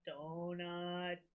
donut